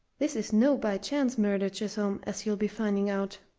this is no by-chance murder, chisholm, as you'll be finding out.